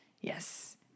Yes